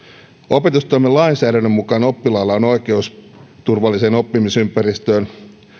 opetustoimen lainsäädännön mukaan oppilaalla on oikeus turvalliseen oppimisympäristöön